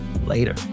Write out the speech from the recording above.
Later